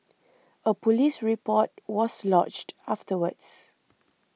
a police report was lodged afterwards